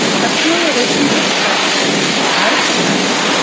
customer relationship specialist out of chicago,